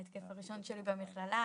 ההתקף הראשון שלי במכללה,